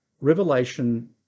Revelation